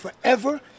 forever